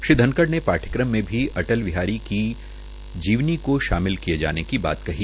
श्री धनखड़ ने पाठ्यक्रम मे भी अटल बिहारी की जीवनी को शामिल किये जाने की बात कही